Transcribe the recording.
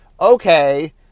okay